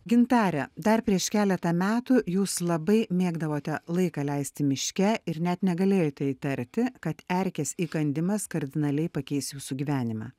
gintare dar prieš keletą metų jūs labai mėgdavote laiką leisti miške ir net negalėjote įtarti kad erkės įkandimas kardinaliai pakeis jūsų gyvenimą